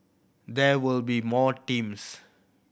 there will be more teams